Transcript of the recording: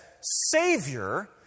Savior